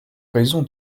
raison